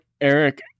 Eric